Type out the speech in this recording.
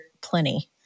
plenty